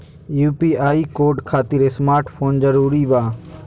UPI code खातिर smart mobile जरूरी बा?